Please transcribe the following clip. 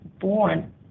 born